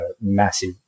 massive